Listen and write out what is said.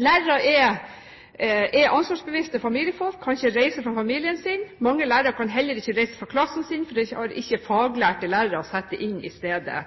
Lærerne er ansvarsbevisste familiefolk. De kan ikke reise fra familien sin. Mange lærere kan heller ikke reise fra klassen sin, fordi det ikke er faglærte lærere å sette inn i stedet.